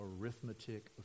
arithmetic